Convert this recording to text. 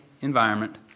environment